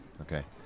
Okay